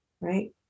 Right